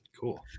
cool